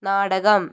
നാടകം